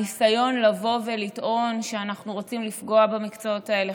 הניסיון לבוא ולטעון שאנחנו רוצים לפגוע במקצועות האלה,